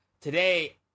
today